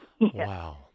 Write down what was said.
Wow